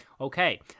Okay